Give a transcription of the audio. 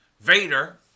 Vader